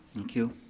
thank you.